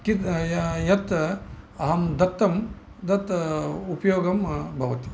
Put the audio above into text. यत् अहं दत्तं तत् उपयोगं भवति